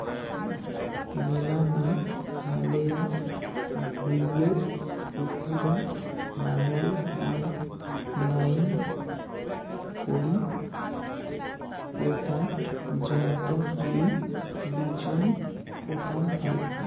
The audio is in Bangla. মেলা না হালেয়া ভুঁইয়ের উপুরা নাঙল দিয়া নাইন করি পোতা যন্ত্রর দি বিচোন পোতাং হই